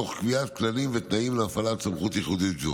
תוך קביעת כללים ותנאים להפעלת סמכות ייחודית זאת.